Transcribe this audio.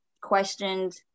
questioned